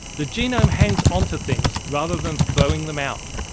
the genome hangs onto things rather than throwing them out.